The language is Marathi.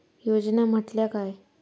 योजना म्हटल्या काय?